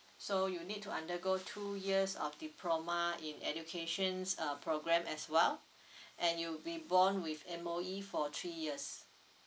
so you need to undergo two years of diploma in educations uh program as well and you'll be borne with M_O_E for three years